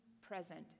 present